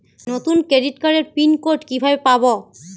নতুন ক্রেডিট কার্ডের pin code কিভাবে পাব?